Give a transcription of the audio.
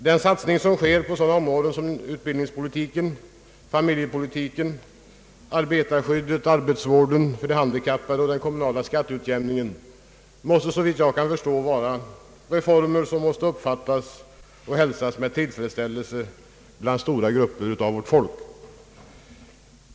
Den satsning som sker på sådana områden som utbildningspolitiken, familjepolitiken, arbetarskyddet, arbetsvården för de handikappade och den kommunala <:skatteutjämningen måste såvitt jag kan förstå vara reformer, som måste hälsas med tillfredsställelse bland stora grupper av vårt folk.